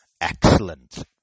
Excellent